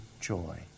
joy